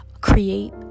create